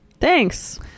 thanks